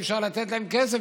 אי-אפשר לתת להן כסף,